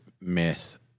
myth